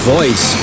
Voice